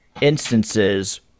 instances